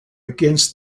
against